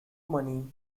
money